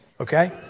okay